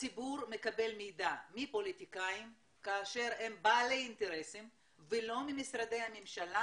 הציבור מקבל מידע מפוליטיקאים כאשר הם בעלי אינטרסים ולא ממשרדי הממשלה,